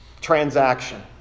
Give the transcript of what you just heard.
transaction